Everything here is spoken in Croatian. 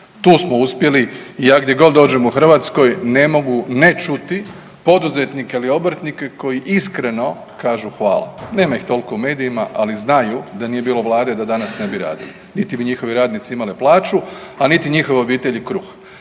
Tu smo uspjeli i ja gdje god dođem u Hrvatskoj ne mogu ne čuti poduzetnika ili obrtnika koji iskreno kažu hvala. Nema ih toliko u medijima, ali znaju da nije bilo Vlade da danas ne bi radili niti bi njihovi radnici imali plaću, a niti njihove obitelji kruh.